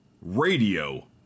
radio